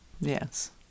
Yes